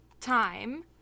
time